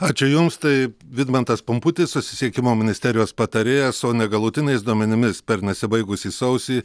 ačiū jums tai vidmantas pumputis susisiekimo ministerijos patarėjas o negalutiniais duomenimis per nesibaigusį sausį